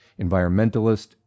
environmentalist